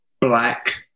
black